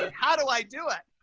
ah how do i do it?